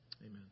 amen